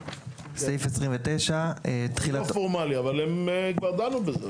סעיף 29. זה לא פורמלי, אבל הם כבר דנו בזה.